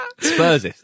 Spurs